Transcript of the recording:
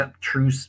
true